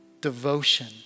devotion